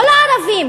לא לערבים,